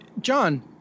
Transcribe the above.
John